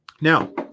Now